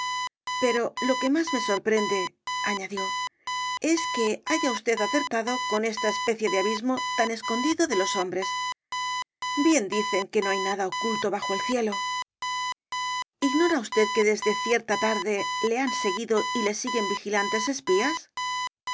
pero lo que más me sorprende añadió es que haya usted acertado con esta especie de abismo tan escondido de los hombres bien dicen que no hay nada oculto bajo del cielo ignora usted que desde cierta tarde le han seguido y le siguen vigilantes espías